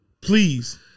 Please